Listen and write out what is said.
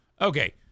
Okay